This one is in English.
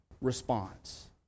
response